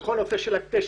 כל הנושא של הקשר,